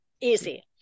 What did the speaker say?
Easy